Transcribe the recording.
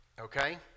okay